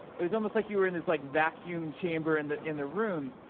it was almost like you were in this like vacuum chamber in the in the room.